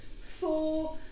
four